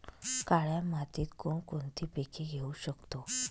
काळ्या मातीत कोणकोणती पिके घेऊ शकतो?